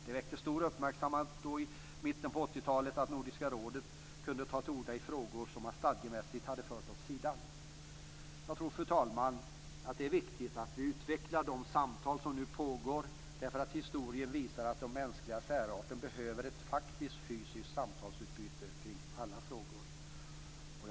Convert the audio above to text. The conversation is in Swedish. Det väckte stor uppmärksamhet då, i mitten av 80 talet, att Nordiska rådet kunde ta till orda i frågor som man stadgemässigt hade fört åt sidan. Jag tror, fru talman, att det är viktigt att vi utvecklar de samtal som nu pågår. Historien visar att den mänskliga särarten behöver ett faktiskt, fysiskt meningsutbyte kring alla frågor.